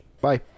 bye